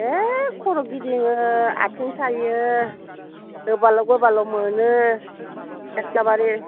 एह खर' गिदिङो आथिं सायो गोबाल' गोबाल' मोनो एकेबारि